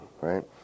right